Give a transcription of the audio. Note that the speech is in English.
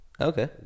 Okay